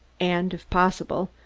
and, if possible,